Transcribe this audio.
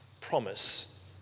promise